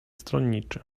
stronniczy